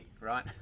right